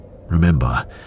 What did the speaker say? Remember